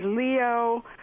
Leo